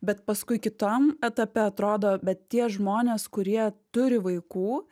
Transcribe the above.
bet paskui kitam etape atrodo bet tie žmonės kurie turi vaikų